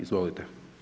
Izvolite.